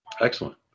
Excellent